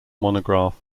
monograph